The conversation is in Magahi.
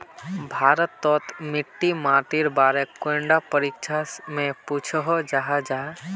भारत तोत मिट्टी माटिर बारे कैडा परीक्षा में पुछोहो जाहा जाहा?